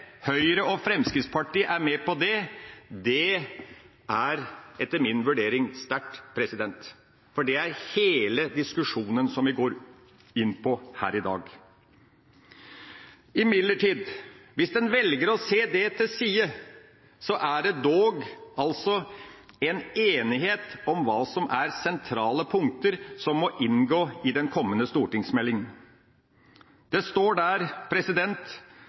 Høyre og Fremskrittspartiet er med på det, er etter min vurdering sterkt, for det er hele diskusjonen som vi går inn på her i dag. Imidlertid: Hvis en velger å sette det til side, er det dog enighet om hva som er sentrale punkter som må inngå i den kommende stortingsmeldinga. Det står der